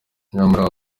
nyamara